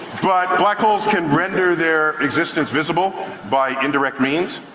but black holes can render their existence visible by indirect means.